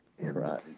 Right